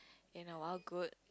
in a while good